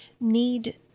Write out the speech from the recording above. need